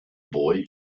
boy